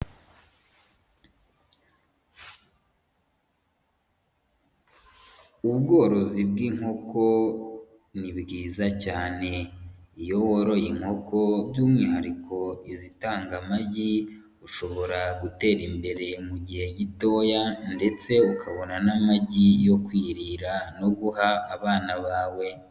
Ubworozi bw'inkoko ni bwiza cyane, iyo woroye inkoko by'umwihariko izitanga amagi ushobora gutera imbere mu gihe gitoya ndetse ukabona n'amagi yo kwirira no guha abana bawe.